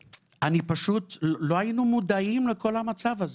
פשוט לא היינו מודעים לכל המצב הזה.